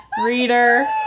Reader